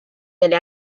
delle